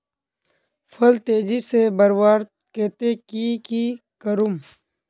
फल तेजी से बढ़वार केते की की करूम?